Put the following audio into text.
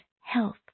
health